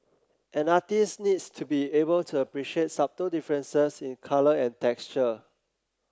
an artist needs to be able to appreciate subtle differences in colour and texture